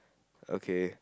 okay